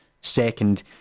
second